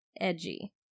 edgy